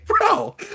bro